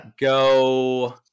go